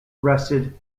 rested